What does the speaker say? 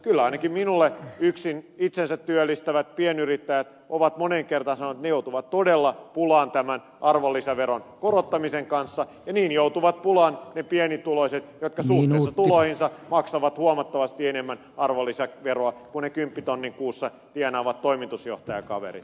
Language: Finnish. kyllä ainakin minulle yksin itsensä työllistävät pienyrittäjät ovat moneen kertaan sanoneet että he joutuvat todella pulaan tämän arvonlisäveron korottamisen kanssa ja niin joutuvat pulaan ne pienituloiset jotka suhteessa tuloihinsa maksavat huomattavasti enemmän arvonlisäveroa kuin ne kymppitonnin kuussa tienaavat toimitusjohtajakaverit